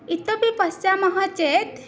इतोपि पश्यामः चेत्